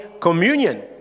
Communion